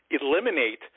eliminate